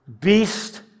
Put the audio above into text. Beast